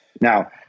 Now